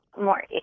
more